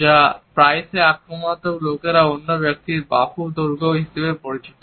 যা প্রায়শই আক্রমনাত্মক লোকেরা অন্য ব্যক্তিকে বাহু দৈর্ঘ্য হিসাবে পরিচিত